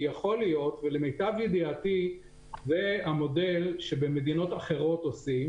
יכול להיות ולמיטב ידיעתי זה המודל שבמדינות אחרות עושים